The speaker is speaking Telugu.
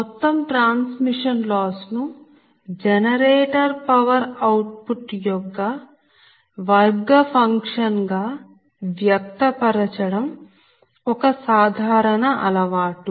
మొత్తం ట్రాన్స్మిషన్ లాస్ ను జనరేటర్ పవర్ అవుట్ పుట్ యొక్క వర్గ ఫంక్షన్ గా వ్యక్తపరచడం ఒక సాధారణ అలవాటు